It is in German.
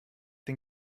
den